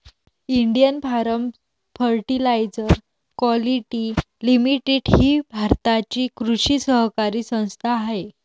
Indian Farmers Fertiliser Quality Limited ही भारताची कृषी सहकारी संस्था आहे